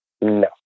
no